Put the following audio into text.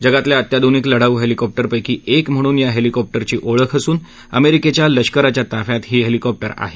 जगातल्या अत्याधूनिक लढाऊ हेलिकॉप्टर्पैकी एक म्हणून या हेलिकॉप्टरची ओळख असून अमेरिकेच्या लष्कराच्या ताफ्यात ही हेलिकॉप्टर आहेत